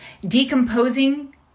decomposing